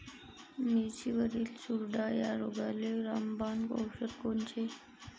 मिरचीवरील चुरडा या रोगाले रामबाण औषध कोनचे?